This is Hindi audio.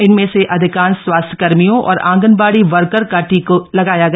इनमें से अधिकांश स्वास्थ्यकर्मियों और आंगनबाड़ी वर्कर का टीका लगाया गया